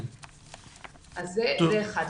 זה דבר אחד.